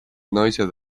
naised